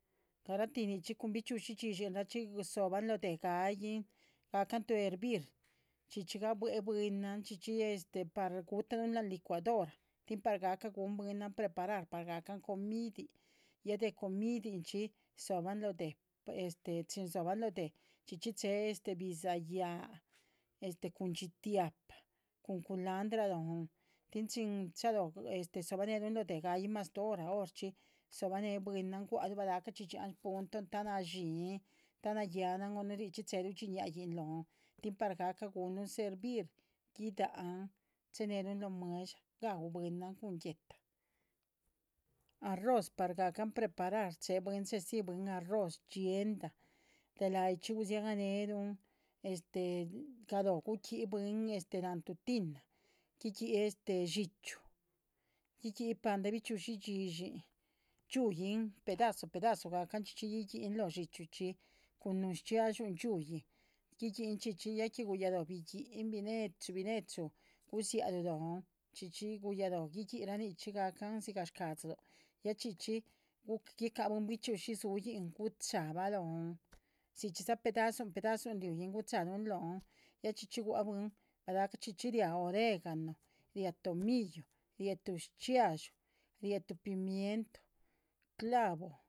Garahti nichxi cun bichxi´ushi yishi tín dzo´ban lóh deh gu´yihn ga´can tuh hervir chxíchxi gabuéh bwinan chxíchxi par gu´tahlu la´nh licuadora tín par ga´ca. gu´n bwinan preparar par ga´can comidiin ya de comidinchxi dzo´ban lóh deh chín dzo´ban lóh deh chxíchxi che´he bidza´hyah cun yitiapa cun culandra lóhn tín. chín chalo dzo´baneluh lóh deh ga´yin mas tuh hora horchxi dzo´bane bwinan gua´lu balahcachxí yan punton ta nadxhiin ta nayáh nahn o richxi che´luh dhxín lain lóhn. tín par ga´cah gu´nluhn servir gi´dahan che´nehlu lóh mueh´dsha ga´u bwinan cun guéhta arroz par ga´can preparar che bwin chedzi bwin arroz yenda de la´yichxí. guziagahneluhn galóh gu´qui bwin la´nh tuh tina gu´qui dxíchyu gui´gui paldáh bichxi´ushi yishin yuhin pedazu pedazu ga´can chxíchxi gui´guin lóh dxíchyuchxi. cun nuhun shchxiadxú yui gi´yin chxíchxi gu´yalo bi´guin bine´chu bine´chu guzialuh lóhn chxíchxi guyalo gui´guira nichxi ga´can dhxígah shca´dziluh ya chxíchxi. gi´caluh bichxi´ushi su gucha´ba lóhn dzi chxí dzi pedazu pedazun rui´in gucha´lun lóhn ya chxíchxi gua´c bwin balahcachxi ria oregano ria tomillo rie´tuh. shchxiadxú rie´tuh pimiento clavo